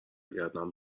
بگردم